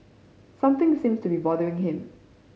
something seems to be bothering him